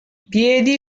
piedi